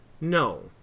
No